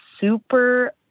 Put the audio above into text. super